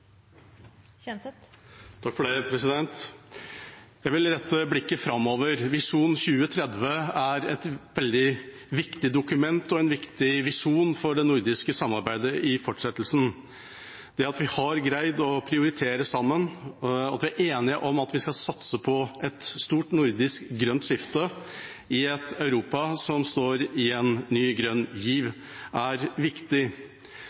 et veldig viktig dokument og en viktig visjon for det nordiske samarbeidet i fortsettelsen. Det at vi har greid å prioritere sammen, og at vi er enige om at vi skal satse på et stort nordisk grønt skifte i et Europa som står i en ny grønn giv, er viktig.